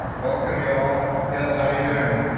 welcome y'all, hill how you doing?